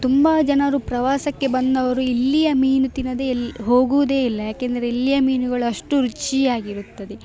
ತುಂಬ ಜನರು ಪ್ರವಾಸಕ್ಕೆ ಬಂದವರು ಇಲ್ಲಿಯ ಮೀನು ತಿನ್ನದೆ ಎಲ್ಲಿ ಹೋಗುವುದೇ ಇಲ್ಲ ಯಾಕಂದರೆ ಇಲ್ಲಿಯ ಮೀನುಗಳು ಅಷ್ಟು ರುಚಿಯಾಗಿರುತ್ತದೆ